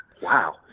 Wow